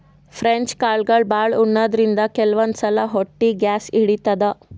French ಕಾಳ್ಗಳ್ ಭಾಳ್ ಉಣಾದ್ರಿನ್ದ ಕೆಲವಂದ್ ಸಲಾ ಹೊಟ್ಟಿ ಗ್ಯಾಸ್ ಹಿಡಿತದ್